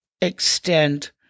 extend